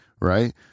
right